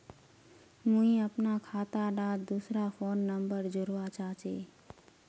मुई अपना खाता डात दूसरा फोन नंबर जोड़वा चाहची?